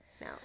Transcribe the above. no